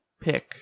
pick